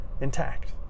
intact